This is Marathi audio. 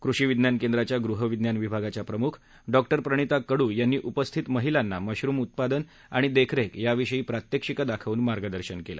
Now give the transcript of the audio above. कृषी विज्ञान केंद्राच्या गृहविज्ञान विभागाच्या प्रम्ख डॉक्टर प्रणिता कड् यांनी उपस्थित महिलांना मशरूम उत्पादन आणि देखरेख याविषयी प्रात्यक्षिकं दाखवून मार्गदर्शन केलं